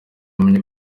bamenye